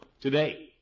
today